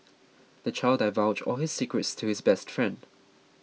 the child divulged all his secrets to his best friend